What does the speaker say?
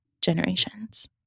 generations